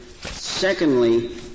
Secondly